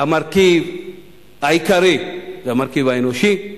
המרכיב העיקרי זה המרכיב האנושי,